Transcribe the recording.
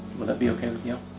will that be okay with you?